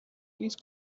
please